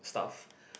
stuff